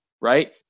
Right